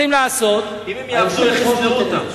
אם הם יעבדו איך ישנאו אותם?